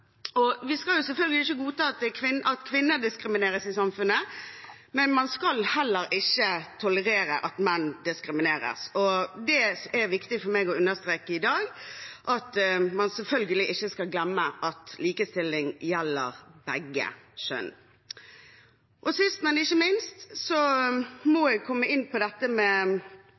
vi andre forventer å bli. Vi skal selvfølgelig ikke godta at kvinner diskrimineres i samfunnet, men vi skal heller ikke tolerere at menn diskrimineres. Det er viktig for meg å understreke i dag at man ikke skal glemme at likestilling selvfølgelig gjelder begge kjønn. Sist, men ikke minst må jeg komme inn på dette med